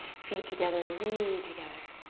feet together, really together.